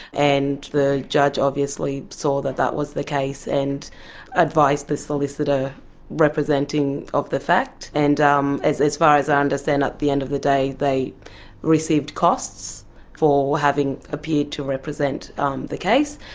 and the judge obviously saw that that was the case and advised the solicitor representing of the fact, and um as as far as i understand it at the end of the day they received costs for having appeared to represent um the case,